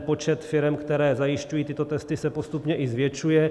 Počet firem, které zajišťují tyto testy, se postupně i zvětšuje.